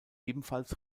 ebenfalls